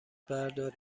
بردار